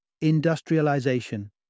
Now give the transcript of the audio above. Industrialization